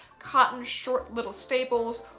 cotton short little staples,